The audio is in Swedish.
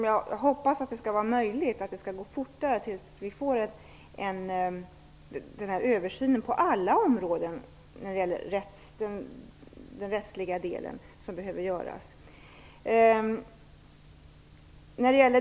Jag hoppas att det skall vara möjligt att få en snabbare översyn på alla områden när det gäller den rättsliga delen.